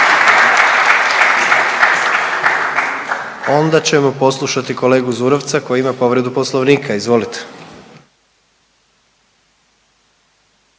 Onda ćemo poslušati kolegu Zurovca koji ima povredu Poslovnika, izvolite.